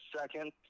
second